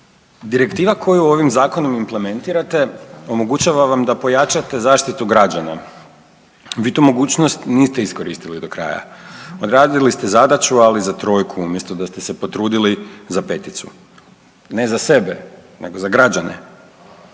Direktiva koju ovim Zakonom implementirate omogućava vam da pojačate zaštitu građana. Vi tu mogućnost niste iskoristili do kraja. Odradili ste zadaću, ali za trojku, umjesto da ste se potrudili za peticu. Ne za sebe nego za građane.